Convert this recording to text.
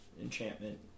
enchantment